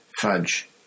Fudge